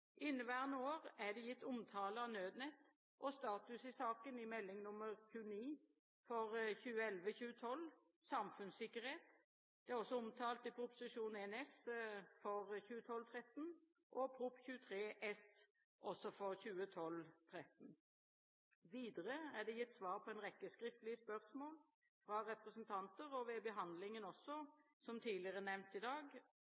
Inneværende år er det gitt omtale av Nødnett og status i saken i Meld. St. 29 for 2011–2012, Samfunnssikkerhet. Det er også omtalt i Prop. 1 S for 2012–2013 og i Prop. 23 S for 2012–2013. Videre er det gitt svar på en rekke skriftlige spørsmål fra representanter og, som tidligere nevnt i dag, også ved behandlingen